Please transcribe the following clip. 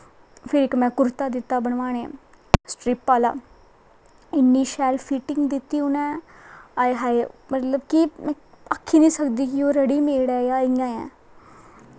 फिर में इक कुर्ता दित्ता बनाने सक्रिपच आह्ला इ'न्नी शैल फिटिंग दित्ती उ'नें हाए हाए मतलब कि आक्खी निं सकदी कि ओह् रडीमेड ऐ जां इ'यां ऐ